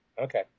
Okay